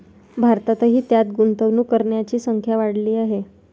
भारतातही त्यात गुंतवणूक करणाऱ्यांची संख्या वाढली आहे